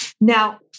Now